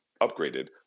upgraded